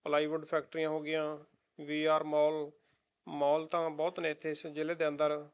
plywood ਫੈਕਟਰੀਆਂ ਹੋ ਗਈਆਂ ਵੀ ਆਰ ਮੋਲ ਮੋਲ ਤਾਂ ਬਹੁਤ ਨੇ ਇੱਥੇ ਇਸ ਜ਼ਿਲ੍ਹੇ ਦੇ ਅੰਦਰ